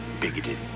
bigoted